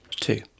Two